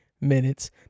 minutes